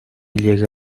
llega